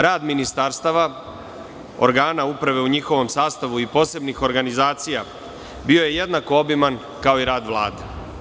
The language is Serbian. Rad ministarstava, organa uprave u njihovom sastavu i posebnih organizacija bio je jednako obiman kao i rad Vlade.